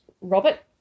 Robert